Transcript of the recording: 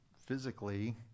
physically